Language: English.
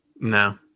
No